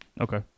Okay